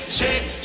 shake